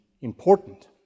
important